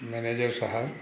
manager Sahib